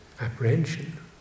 apprehension